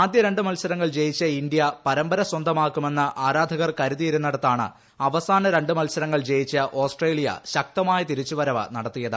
ആദ്യ രണ്ട് മത്സരങ്ങൾ ജയിച്ചു ഇന്ത്യ പരമ്പര സ്വന്ത്രമാക്കുമെന്ന് ആരാധകർ കരുതിയിരുന്നിടത്താണ് അവസ്മാന്യ രണ്ട് മത്സരങ്ങൾ ജയിച്ച് ഓസ്ട്രേലിയ ശക്തമായ തിരിച്ചുവർവ് നടത്തിയത്